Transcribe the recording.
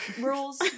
rules